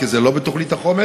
כי זה לא בתוכנית החומש.